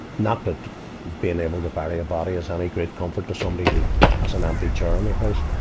not that being able to bury a body is any great comfort to somebody who has an empty chair in their house.